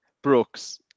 Brooks